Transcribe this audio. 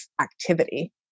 activity